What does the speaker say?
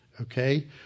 Okay